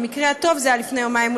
במקרה הטוב זה היה לפני יומיים,